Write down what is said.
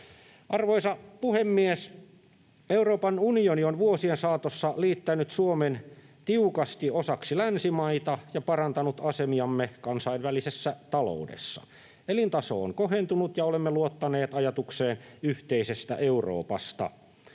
Arvoisa puhemies! Euroopan unioni on vuosien saatossa liittänyt Suomen tiukasti osaksi länsimaita ja parantanut asemiamme kansainvälisessä taloudessa. Elintaso on kohentunut, ja olemme luottaneet ajatukseen yhteisestä Euroopasta.